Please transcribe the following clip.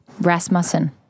Rasmussen